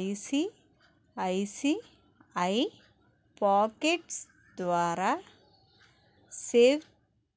ICICI Pockets ద్వారా save